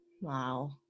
Wow